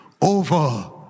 over